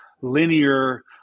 linear